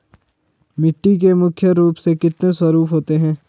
मिट्टी के मुख्य रूप से कितने स्वरूप होते हैं?